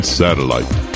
satellite